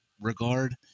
regard